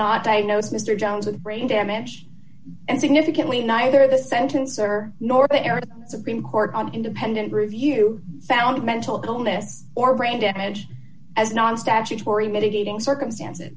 not diagnose mr johns with brain damage and significantly neither the sentence or norway or the supreme court on independent review found mental illness or brain damage as non statutory mitigating circumstances